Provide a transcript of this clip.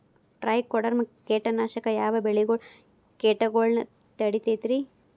Trichoderma ಕೇಟನಾಶಕ ಯಾವ ಬೆಳಿಗೊಳ ಕೇಟಗೊಳ್ನ ತಡಿತೇತಿರಿ?